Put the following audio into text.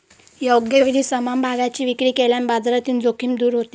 योग्य वेळी समभागांची विक्री केल्याने बाजारातील जोखीम दूर होते